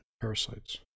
parasites